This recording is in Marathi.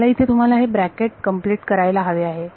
मला इथे तुम्हाला हे ब्रॅकेट कम्प्लीट करायला हवे आहे